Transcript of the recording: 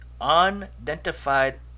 Unidentified